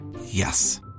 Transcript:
Yes